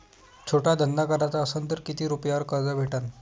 छोटा धंदा कराचा असन तर किती रुप्यावर कर्ज भेटन?